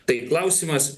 tai klausimas